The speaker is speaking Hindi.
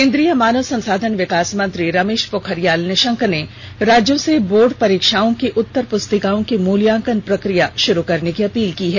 केन्द्रीय मानव संसाधन विकास मंत्री रमेश पोखरियाल निशंक ने राज्यों से बोर्ड परीक्षाओं की उत्तर पुस्तिकाओं की मूल्यांकन प्रकिया शुरू करने की अपील की है